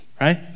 right